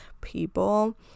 people